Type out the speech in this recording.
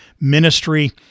ministry